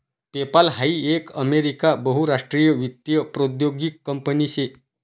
PayPal हाई एक America बहुराष्ट्रीय वित्तीय प्रौद्योगीक कंपनी शे